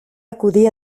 acudir